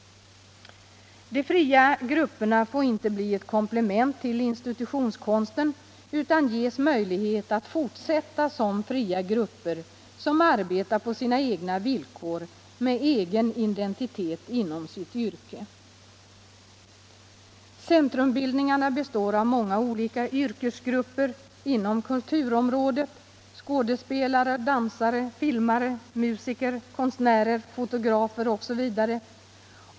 De fria grupperna får inte bli ett komplement till instituttonskonsten utan måste ges möjlighet att fortsätta som fria grupper, som arbetar på sina egna villkor, med egen identitet inom sitt yrke. Centrumbildningarna består av många olika yrkesgrupper inom kulturområdet, skådespelare. dansare, filmare, musiker, konstnärer, fotografer osv.